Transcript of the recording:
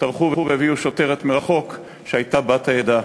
טרחו והביאו מרחוק שוטרת בת העדה.